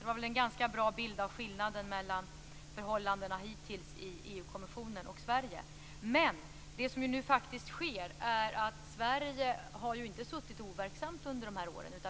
Det ger väl en ganska bra bild av skillnaden mellan förhållandena hittills i EU Men Sverige har ju inte suttit overksamt under de här åren.